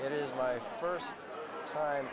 it is my first time